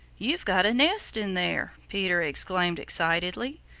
you've got a nest in there! peter exclaimed excitedly.